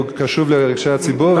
כי הוא קשוב לרגשי הציבור.